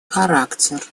характер